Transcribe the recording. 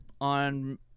on